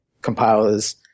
compilers